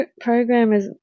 programmers